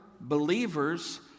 believers